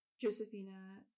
Josephina